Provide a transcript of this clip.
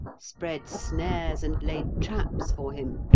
spread snares and laid traps for him,